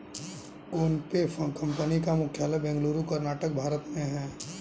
PhonePe company का मुख्यालय बेंगलुरु कर्नाटक भारत में है